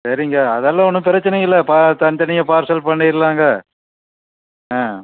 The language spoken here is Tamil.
சரிங்க அதெல்லாம் ஒன்றும் பிரச்சனை இல்லை தனித்தனியாக பார்சல் பண்ணிடலாங்க